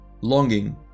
longing